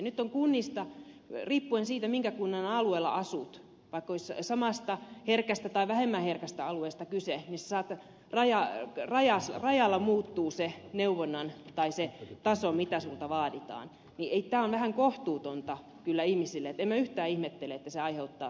nyt kun riippuen siitä minkä kunnan alueella asut vaikka olisi samasta herkästä tai vähemmän herkästä alueesta kyse rajalla muuttuu se taso mitä sinulta vaaditaan niin tämä on vähän kohtuutonta kyllä ihmisille että en minä yhtään ihmettele että se aiheuttaa sekavuutta